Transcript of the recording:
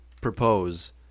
propose